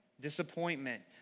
disappointment